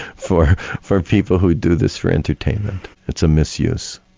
for for people who do this for entertainment, it's a misuse.